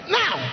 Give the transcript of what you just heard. now